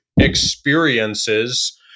experiences